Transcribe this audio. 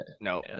no